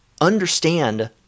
understand